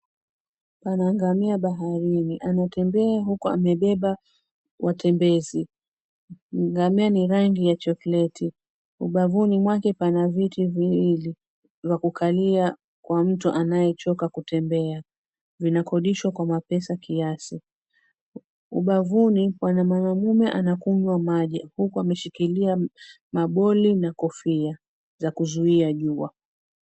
Pana ngamia baharini. Anatembea huku amebeba watembezi. Ngamia ni rangi ya chokoleti. Ubavuni mwake pana viti viwili vya kukalia kwa mtu anayechoka kukalia; vinakodishwa kwa [ cs] mapesa kiasi. Ubavuni pana mwanaume anakunywa maji huku ameshikilia mwavuli na kofia za kuzuia jua.